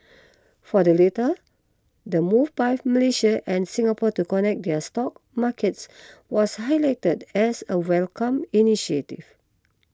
for the latter the move by Malaysia and Singapore to connect their stock markets was highlighted as a welcomed initiative